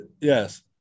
Yes